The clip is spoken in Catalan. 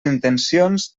intencions